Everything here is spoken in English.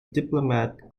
diplomat